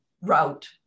route